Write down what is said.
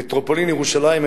מטרופולין ירושלים,